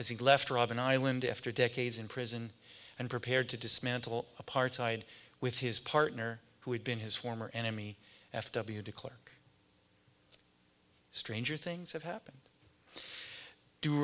as he left robben island after decades in prison and prepared to dismantle apartheid with his partner who had been his former enemy f w de klerk stranger things have happened d